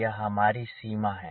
यह हमारी सीमा है